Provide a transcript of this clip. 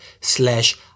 slash